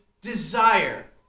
desire